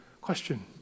Question